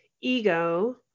ego